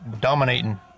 dominating